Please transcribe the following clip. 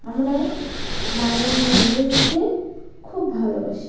আমরা মায়ের মন্দিরকে খুব ভালোবাসি